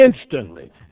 instantly